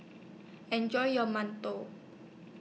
Enjoy your mantou